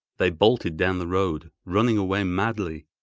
they bolted down the road, running away madly.